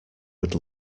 would